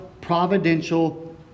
providential